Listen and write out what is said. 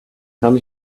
come